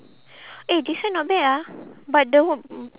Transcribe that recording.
eh this one not bad ah but the